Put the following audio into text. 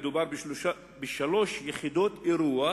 מדובר בשלוש יחידות אירוח